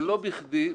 ולא בכדי,